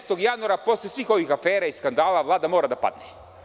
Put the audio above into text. Petnaestog januara, posle svih ovih afera i skandala, Vlada mora da padne.